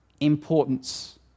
importance